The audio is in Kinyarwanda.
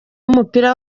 w’umupira